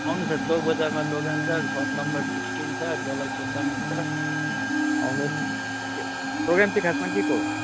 आउनसाथ चोक बजारमा दोकान छ सप नम्बर सिक्सटिन छ जसलाई सोध्दा पनि हुन्छ आउनुहोस् के प्रोग्राम चाहिँ खासमा केको हो